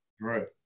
Right